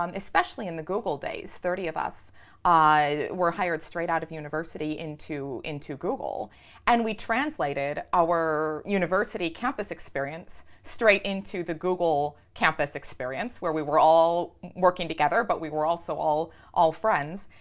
um especially in the google days. thirty of us were hired straight out of university into into google and we translated our university campus experience straight into the google campus experience where we were all working together but we were also all all friends.